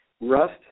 Rust